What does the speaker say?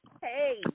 Hey